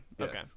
okay